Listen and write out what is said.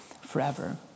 forever